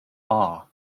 are